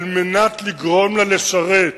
על מנת לגרום לה לשרת,